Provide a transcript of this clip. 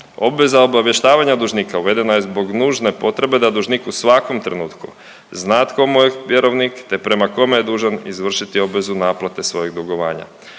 Obveza obavještavanja dužnika uvedena je zbog nužne potrebe da dužnik u svakom trenutku zna tko mu je vjerovnik te prema komu je dužan izvršiti obvezu naplate svojeg dugovanja.